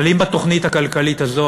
אבל אם בתוכנית הכלכלית הזאת,